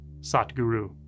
satguru